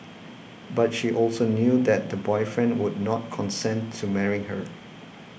but she also knew that the boyfriend would not consent to marrying her